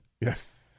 Yes